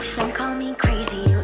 and call me crazy,